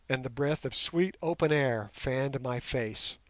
and the breath of sweet open air fanned my face,